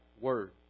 Word